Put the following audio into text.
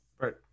Right